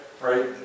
right